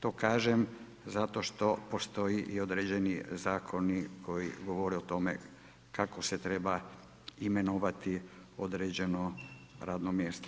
To kažem zato što postoji i određeni zakoni koji govore o tome kako se treba imenovati određeno radno mjesto.